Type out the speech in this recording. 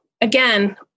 again